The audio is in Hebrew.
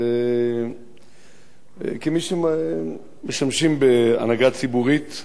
וכמי שמשמשים בהנהגה ציבורית,